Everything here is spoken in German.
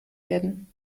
werden